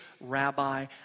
rabbi